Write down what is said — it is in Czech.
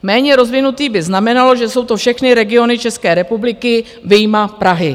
Méně rozvinutý by znamenalo, že jsou to všechny regiony České republiky vyjma Prahy.